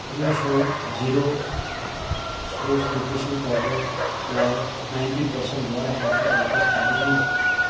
PediaSure zero scores nutrition powder लाइ ninety percent वारा offer वापसि कॾहिं ईंदा